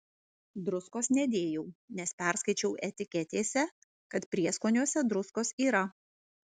druskos nedėjau nes perskaičiau etiketėse kad prieskoniuose druskos yra